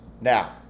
Now